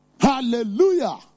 Hallelujah